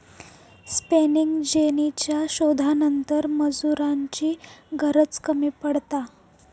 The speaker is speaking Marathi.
स्पेनिंग जेनीच्या शोधानंतर मजुरांची गरज कमी पडता